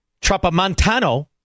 Trapamontano